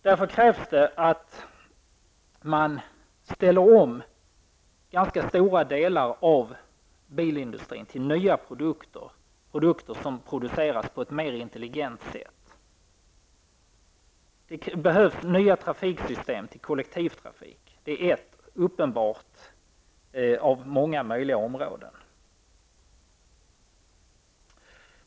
Därför krävs det att man ställer om ganska stora delar av bilindustrin till nya produkter, produkter som produceras på ett mer intelligent sätt. Det behövs nya trafiksystem till kollektivtrafik -- det är ett av många möjliga områden.